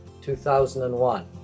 2001